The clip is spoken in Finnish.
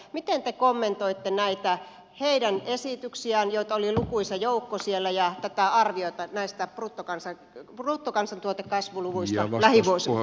miten te kommentoitte näitä heidän esityksiään joita oli lukuisa joukko siellä ja tätä arviota näistä bruttokansantuotteen kasvuluvuista lähivuosina